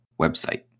website